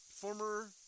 former